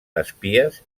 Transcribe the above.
espies